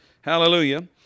Hallelujah